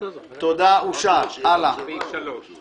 הצבעה בעד 3 פה אחד סעיף 2 להצעת החוק נתקבל.